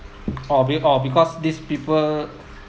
oh be~ oh because these people